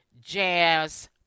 jazz